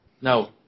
no